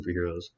superheroes